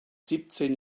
siebzehn